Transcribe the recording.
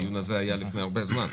הדיון הזה היה יחסית לפני הרבה זמן.